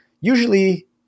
usually